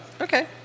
Okay